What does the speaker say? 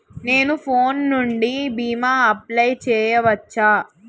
నేను ఫోన్ నుండి భీమా అప్లయ్ చేయవచ్చా?